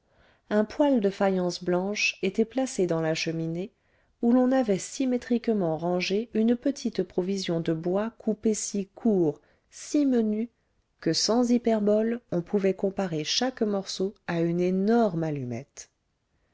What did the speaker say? un poêle de faïence blanche était placé dans la cheminée où l'on avait symétriquement rangé une petite provision de bois coupé si court si menu que sans hyperbole on pouvait comparer chaque morceau à une énorme allumette